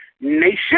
Nation